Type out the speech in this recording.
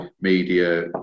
media